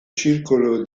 circolo